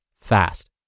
fast